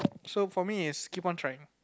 so for me is keep on trying